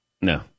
No